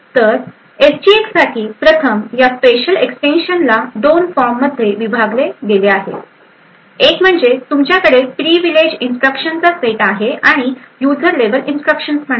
तर एसजीएक्ससाठी प्रथम या स्पेशल एक्सटेन्शनला 2 फॉर्म मध्ये विभागले गेले आहेत एक म्हणजे तुमच्याकडे प्रिविलेज इन्स्ट्रक्शनसचा सेट आहे आणि युजर लेवल इन्स्ट्रक्शन्स पण आहेत